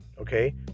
okay